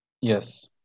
Yes